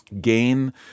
Gain